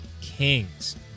kings